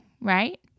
right